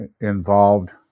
involved